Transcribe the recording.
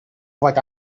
what